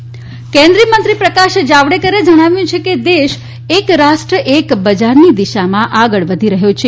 જાવડેકર કેન્દ્રીય મંત્રી પ્રકાશ જાવડેકરે જણાવ્યું કે દેશ એક રાષ્ટ્ર એક બજારની દિશામાં આગળ વધી રહ્યો છે